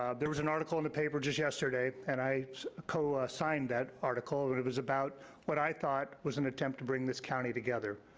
ah there was an article in the paper just yesterday, and i co-signed that article, and it it was about what i thought was an attempt to bring this county together.